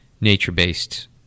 nature-based